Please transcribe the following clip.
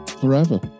forever